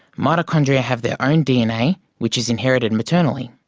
mitochondria have their own dna, which is inherited maternally.